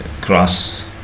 cross